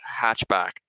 hatchback